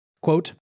Quote